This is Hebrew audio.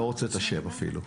לא רוצה את השם אפילו.